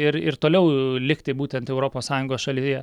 ir ir toliau likti būtent europos sąjungos šalyje